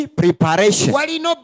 preparation